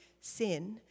sin